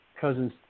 cousin's